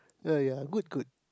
uh ya good good